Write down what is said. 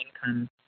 income